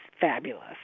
fabulous